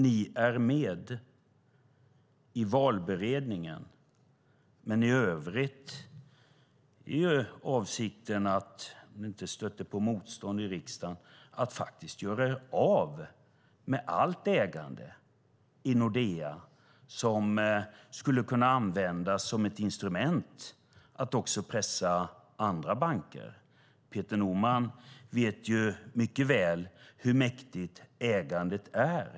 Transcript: Ni är med i valberedningen, men i övrigt är avsikten, om ni inte stöter på motstånd i riksdagen, att faktiskt göra er av med allt ägande i Nordea, som ju skulle kunna användas som ett instrument för att pressa även andra banker. Peter Norman vet mycket väl hur mäktigt ägandet är.